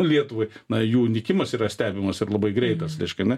lietuvai na jų nykimas yra stebimas ir labai greitas reiškia ar ne